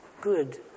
good